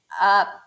up